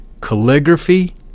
calligraphy